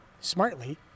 smartly